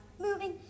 moving